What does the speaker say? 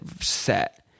set